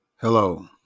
Hello